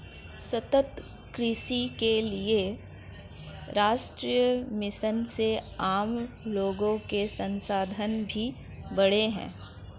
सतत कृषि के लिए राष्ट्रीय मिशन से आम लोगो के संसाधन भी बढ़े है